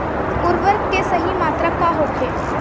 उर्वरक के सही मात्रा का होखे?